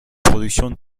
productions